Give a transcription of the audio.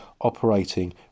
operating